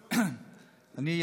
אני,